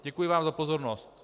Děkuji vám za pozornost.